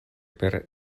per